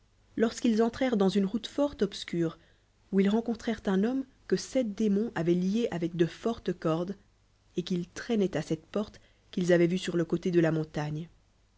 lorsqu'ils entrèrent dans une route fort obscure où ils rencontrèrent un homme qui sept démons avoient lié avec de fortes cot des et qu'ils traînaient à cette porte qu'ils avoient vue sur le côté de la montagne